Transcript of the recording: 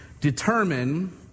determine